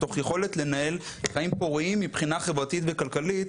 תוך יכולת לנהל חיים פוריים מבחינה חברתית וכלכלית,